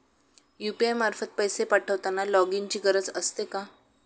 UPI मार्फत पैसे पाठवताना लॉगइनची गरज असते का?